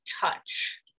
touch